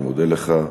אני מודה לך.